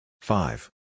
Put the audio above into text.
Five